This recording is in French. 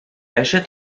achète